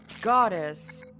Goddess